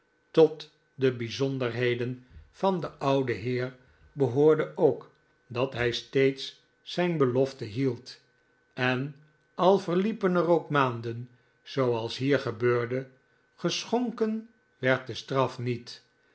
tot de bizonderheden van den ouden heer behoorde ook dat hij steeds zijn belofte hield en al verliepen er ook maanden zooals hier gebeurde geschonken werd de straf niet